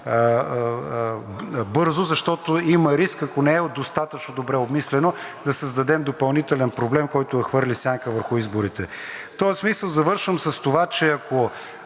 бързо, защото има риск, ако не е достатъчно добре обмислено да създадем допълнителен проблем, който да хвърли сянка върху изборите. В този смисъл завършвам с това, че ако